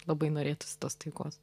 labai norėtųsi tos taikos